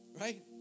right